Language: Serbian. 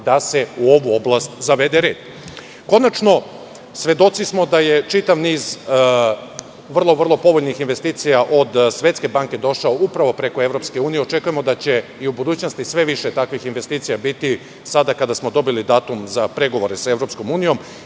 da se u ovu oblast zavede red. Konačno, svedoci smo da je čitav niz vrlo povoljnih investicija od Svetske banke došao upravo preko EU. Očekujemo da će i u budućnosti sve više takvih investicija biti sada kada smo dobili datum za pregovore sa EU.